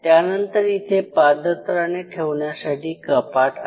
त्यानंतर इथे पादत्राणे ठेवण्यासाठी कपाट आहे